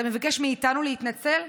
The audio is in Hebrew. אתה מבקש מאיתנו להתנצל?